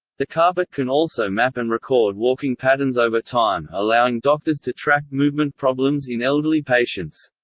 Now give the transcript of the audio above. the carpet can also map and record walking patterns over time, allowing doctors to track movement problems in elderly patients.